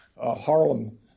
Harlem